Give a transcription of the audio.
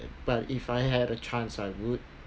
but if I had a chance I would